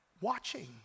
watching